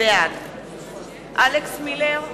בעד אלכס מילר,